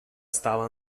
stava